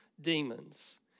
demons